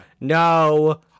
no